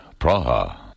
Praha